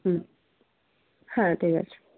হুম হ্যাঁ ঠিক আছে